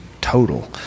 total